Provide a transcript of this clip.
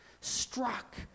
struck